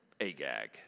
Agag